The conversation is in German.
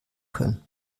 können